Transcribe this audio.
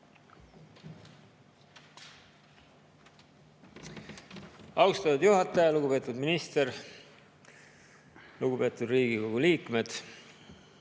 Austatud juhataja! Lugupeetud minister! Lugupeetud Riigikogu liikmed!